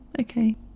okay